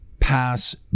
pass